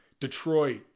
Detroit